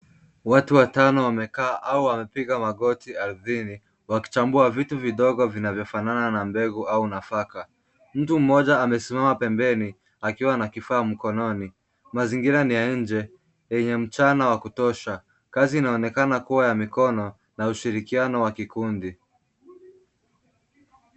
Watu watano wamekaa au wamepiga magoti ardhini wakichambua vitu vidogo vinavyofanana na mbegu au nafaka. Mtu mmoja amesimama pembeni akiwa na kifaa mkononi. Mazingira ni ya nje yenye mchana wa kutosha. Kazi inaonekana kuwa ya mikono na ushirikiano wa kikundi.